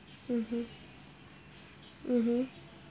mmhmm mmhmm